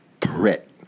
threat